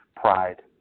Pride